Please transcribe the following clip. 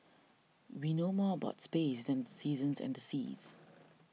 we know more about space than the seasons and the seas